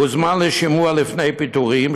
הוא הוזמן לשימוע לפני פיטורים,